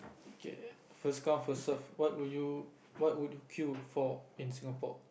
K first come first serve what would you what would you queue for Singapore